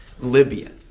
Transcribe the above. Libya